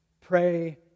pray